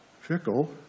fickle